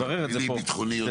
הפליליים, הביטחוניים וכולי?